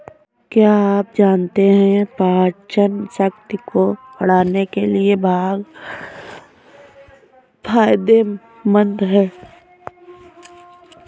क्या आप जानते है पाचनशक्ति को बढ़ाने के लिए भांग फायदेमंद है?